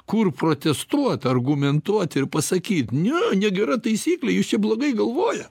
kur protestuot argumentuot ir pasakyt ne negera taisyklė jis čia blogai galvoja